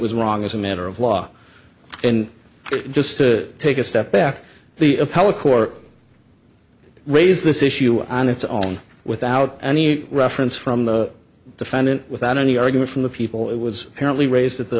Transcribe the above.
was wrong as a matter of law and just to take a step back the appellate court raised this issue on its own without any reference from the defendant without any argument from the people it was apparently raised at the